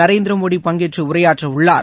நரேந்திர மோடி பங்கேற்று உரையாற்றவுள்ளார்